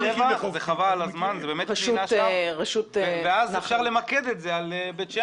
שבע ואז אפשר למקד את זה על בית שאן.